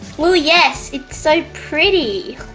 well yes it's so pretty